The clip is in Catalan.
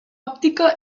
òptica